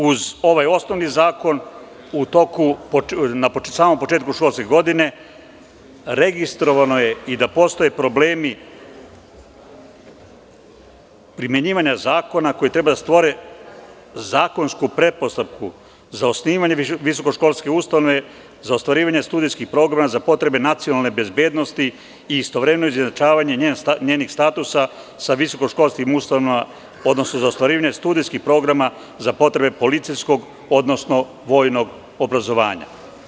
Uz ovaj osnovni zakon, na samom početku školske godine, registrovano je i da postoje problemi primenjivanja zakona koji treba da stvore zakonsku pretpostavku za osnivanje visokoškolske ustanove za ostvarivanje studijskih programa za potrebe nacionalne bezbednosti i istovremeno izjednačavanje njenih statusa sa visokoškolskim ustanovama odnosno za ostvarivanje studijskih programa za potrebe policijskog odnosno vojnog obrazovanja.